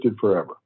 forever